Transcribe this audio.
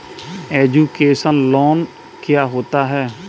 Education loan क्या होता है?